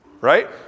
Right